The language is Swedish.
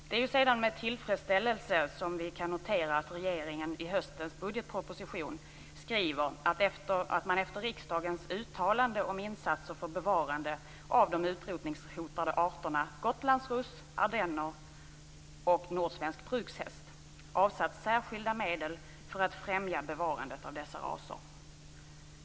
Det är sedan med tillfredsställelse som vi noterar att regeringen i höstens budgetproposition skriver att man efter riksdagens uttalande om insatser för bevarande av de utrotningshotade raserna gotlandsruss, ardenner och nordsvensk brukshäst avsatt särskilda medel för att främja bevarandet av dessa raser.